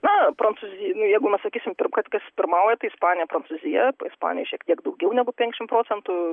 na prancūzijoje jeigu mes sakysim kad kas pirmauja tai ispanija prancūzija ispanija šiek tiek daugiau negu penkiasdešimt procentų